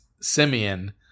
Simeon